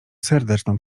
serdeczną